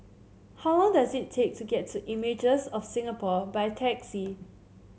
how long does it take to get to Images of Singapore by taxi